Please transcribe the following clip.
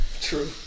True